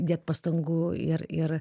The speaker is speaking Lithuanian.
dėt pastangų ir ir